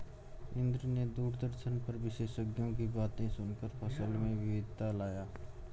इंद्र ने दूरदर्शन पर विशेषज्ञों की बातें सुनकर फसल में विविधता लाया